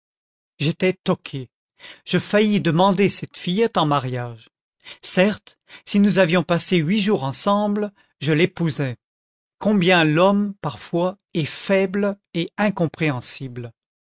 j'étais toqué je faillis demander cette fillette en mariage certes si nous avions passé huit jours ensemble je l'épousais combien l'homme parfois est faible et incompréhensible